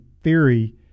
theory –